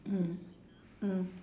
mm mm